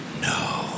No